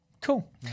Cool